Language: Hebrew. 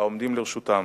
העומדים לרשותם.